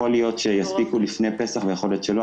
יכול להיות שיספיקו לפני פסח ויכול להיות שלא,